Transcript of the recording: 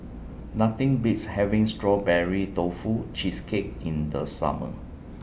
Nothing Beats having Strawberry Tofu Cheesecake in The Summer